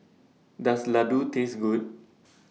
Does Ladoo Taste Good